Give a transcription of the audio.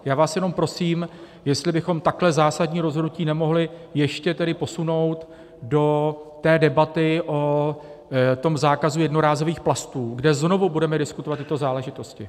Já vás jenom prosím, jestli bychom takhle zásadní rozhodnutí nemohli ještě tedy posunout do té debaty o tom zákazu jednorázových plastů, kde znovu budeme diskutovat tyto záležitosti.